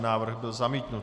Návrh byl zamítnut.